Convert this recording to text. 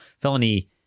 felony